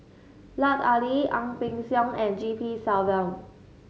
Lut Ali Ang Peng Siong and G P Selvam